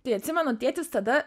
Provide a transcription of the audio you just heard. tai atsimenu tėtis tada